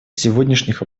сегодняшних